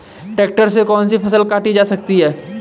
Tractor से कौन सी फसल काटी जा सकती हैं?